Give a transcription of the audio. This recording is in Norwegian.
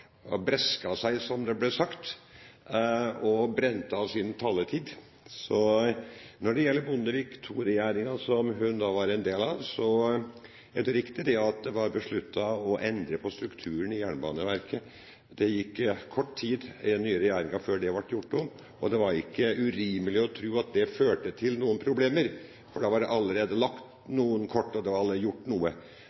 seg», som de ble sagt, og brente av sin taletid. Når det gjelder Bondevik II-regjeringen, som hun var en del av, er det riktig at det var besluttet å endre på strukturen i Jernbaneverket. Det gikk kort tid i den nye regjeringen før det ble gjort om, og det var ikke urimelig å tro at det førte til noen problemer, for da var det allerede lagt